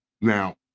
Now